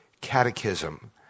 catechism